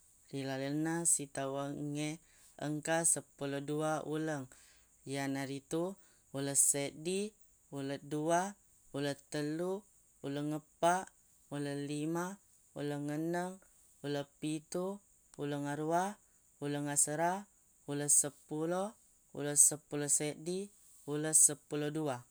Rilalenna sitawengnge engka seppulo dua uleng yanaritu ulesseddi uleddua ulettellu uleng eppa ulellima ulengenneng uleppitu uleng aruwa uleng asera ulesseppulo ulesseppulo seddi ulesseppulo dua